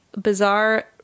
bizarre